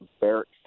Barrett